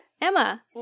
Emma